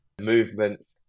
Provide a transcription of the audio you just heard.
movements